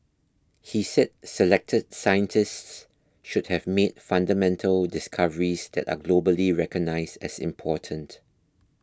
he said selected scientists should have made fundamental discoveries that are globally recognised as important